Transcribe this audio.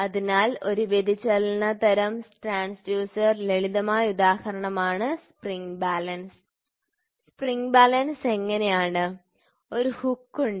അതിനാൽ ഈ വ്യതിചലന തരം ട്രാൻസ്ഫ്യൂസർ ലളിതമായ ഉദാഹരണമാണ് സ്പ്രിംഗ് ബാലൻസ് സ്പ്രിംഗ് ബാലൻസ് എങ്ങനെ ആണ് ഒരു ഹുക്ക് ഉണ്ട്